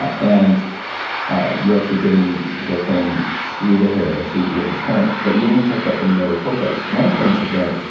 and you're actually getting the thing through the hair so you have this current, but you only talk about the motor cortex my experience is that,